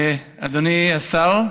אדוני השר,